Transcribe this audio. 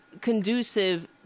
conducive